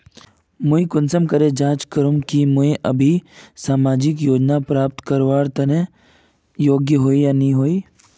मुई कुंसम करे जाँच करूम की अभी मुई सामाजिक योजना प्राप्त करवार योग्य होई या नी होई?